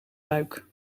buik